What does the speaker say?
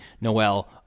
Noel